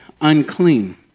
unclean